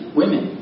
women